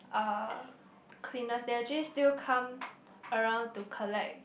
uh cleaners there actually still come around to collect